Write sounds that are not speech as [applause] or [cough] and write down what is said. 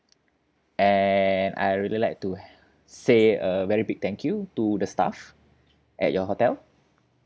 and I really like to [breath] say a very big thank you to the staff at your hotel